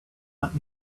let